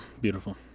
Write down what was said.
beautiful